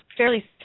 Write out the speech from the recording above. fairly